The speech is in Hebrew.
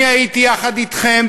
אני הייתי יחד אתכם,